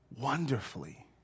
wonderfully